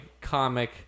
comic